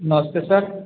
नमस्ते सर